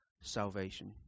salvation